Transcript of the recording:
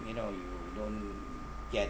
you know you don't get